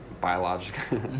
biological